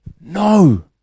No